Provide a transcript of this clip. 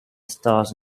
stars